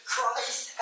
Christ